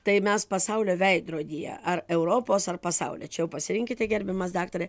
tai mes pasaulio veidrodyje ar europos ar pasaulio čia jau pasirinkite gerbiamas daktare